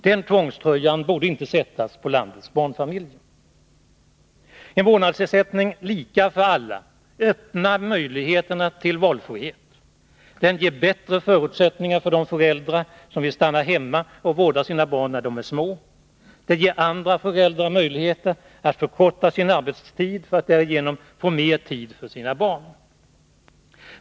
Den tvångströjan borde inte sättas på landets barnfamiljer. En vårdnadsersättning lika för alla öppnar möjligheter till valfrihet. Den ger bättre förutsättningar för de föräldrar som vill stanna hemma och vårda sina barn när de är små. Den ger andra föräldrar möjligheter att förkorta sin arbetstid för att därigenom få mer tid för sina barn.